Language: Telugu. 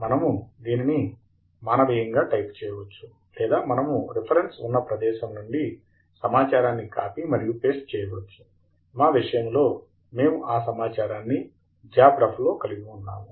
మనము దీన్ని మానవీయంగా టైప్ చేయవచ్చు లేదా మనము రిఫరెన్స్ ఉన్న ప్రదేశం నుండి సమాచారాన్ని కాపీ మరియు పేస్ట్ చేయవచ్చు మా విషయంలో మేము ఆ సమాచారాన్ని జాబ్ రెఫ్ లో కలిగి ఉన్నాము